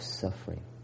suffering